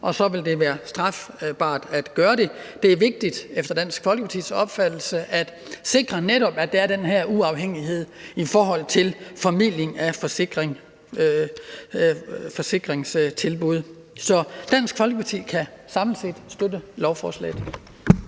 og så vil det være strafbart. Det er efter Dansk Folkepartis opfattelse netop vigtigt at sikre, at der er den her uafhængighed i forhold til formidling af forsikringstilbud. Så Dansk Folkeparti kan samlet set støtte lovforslaget.